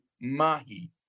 mahi